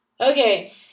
Okay